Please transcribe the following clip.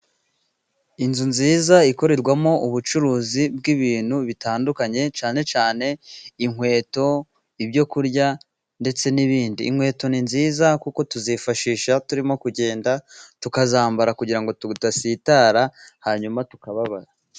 Inzu nziza ikorerwamo ubucuruzi bw'ibintu bitandukanye cyane cyane inkweto, ibyo kurya, ndetse n'ibindi. Inkweto ni nziza kuko tuzifashisha turimo kugenda, tukazambara kugira ngo tudasitara, hanyuma tukababara.